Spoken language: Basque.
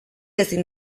ezin